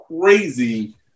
crazy